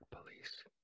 police